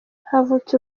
havutse